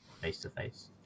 face-to-face